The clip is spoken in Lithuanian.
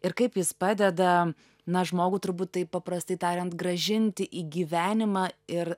ir kaip jis padeda na žmogų turbūt taip paprastai tariant grąžinti į gyvenimą ir